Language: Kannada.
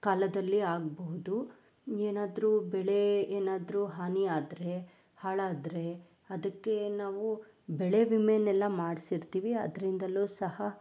ಕಾಲದಲ್ಲಿ ಆಗಬಹುದು ಏನಾದ್ರೂ ಬೆಳೆ ಏನಾದ್ರೂ ಹಾನಿ ಆದರೆ ಹಾಳಾದರೆ ಅದಕ್ಕೆ ನಾವು ಬೆಳೆ ವಿಮೆನೆಲ್ಲ ಮಾಡಿಸಿರ್ತೀವಿ ಅದರಿಂದಲೂ ಸಹ